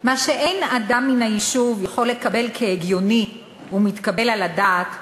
"מה שאין אדם מהיישוב יכול לקבל כהגיוני ומתקבל על הדעת,